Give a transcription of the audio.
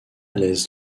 l’aise